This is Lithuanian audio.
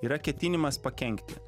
yra ketinimas pakenkti